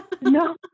no